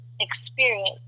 experience